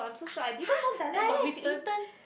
!huh! dialect written